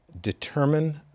determine